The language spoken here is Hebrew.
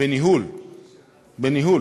בניהול, בניהול.